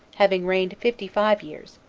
having reigned fifty-five years,